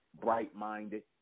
bright-minded